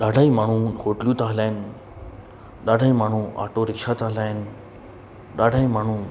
ॾाढा ई माण्हू होटलूं था हलाइनि ॾाढा ई माण्हू ऑटो रिक्शा था हलाइनि ॾाढा ई माण्हू